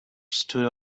stood